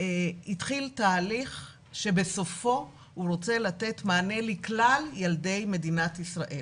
התחיל תהליך שבסופו הוא רוצה לתת מענה לכלל ילדי מדינת ישראל.